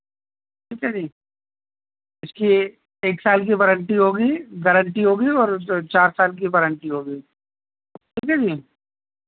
ٹھیک ہے جی اس کی ایک ایک سال کی وارنٹی ہوگی گارنٹی ہوگی اور چار سال کی وارنٹی ہوگی ٹھیک ہے جی